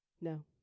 No